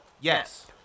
Yes